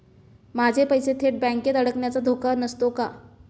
माझे पैसे थेट बँकेत अडकण्याचा धोका नसतो का?